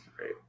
Right